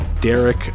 Derek